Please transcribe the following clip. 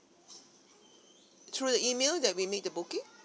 through the email that we made the booking